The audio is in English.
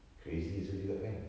crazy also juga kan